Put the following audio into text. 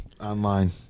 Online